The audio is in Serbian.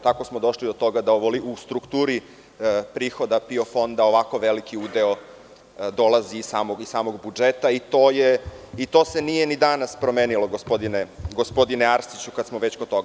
Tako smo došli do toga da u strukturi prihoda PIO fonda ovako veliki udeo dolazi iz samog budžeta i to se nije ni danas promenilo, gospodine Arsiću, kada smo već kod toga.